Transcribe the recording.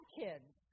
kids